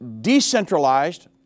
decentralized